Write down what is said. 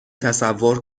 تصور